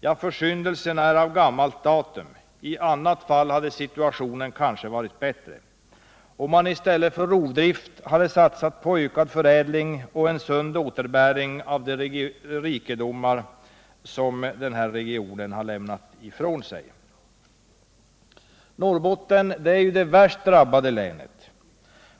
Ja, försyndelserna är av gammalt datum; i annat fall hade situationen kanske varit bättre — om man i stället för rovdrift hade satsat på ökad förädling och en sund återbäring av de rikedomar som den här regionen har lämnat ifrån sig. Norrbotten är det värst drabbade länet.